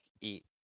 eat